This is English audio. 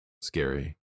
scary